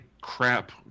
crap